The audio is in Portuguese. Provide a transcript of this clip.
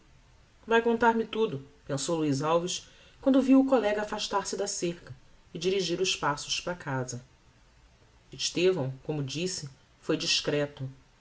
pessoa vai contar-me tudo pensou luiz alves quando viu o collega affastar se da cerca e dirigir os passos para casa estevão como disse foi discreto